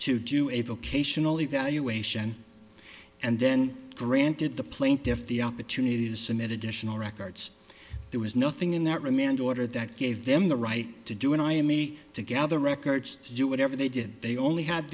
to do a vocational evaluation and then granted the plaintiff the opportunity to submit additional records there was nothing in that remand order that gave them the right to do and i am me to gather records do whatever they did they only had